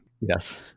Yes